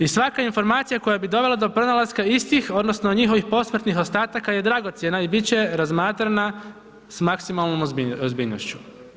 I svaka informacija koja bi dovela do pronalaska istih, odnosno njihovih posmrtnih ostataka je dragocjeno i bit će razmatrana s maksimalnom ozbiljnošću.